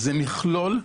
נכון,